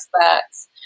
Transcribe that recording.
experts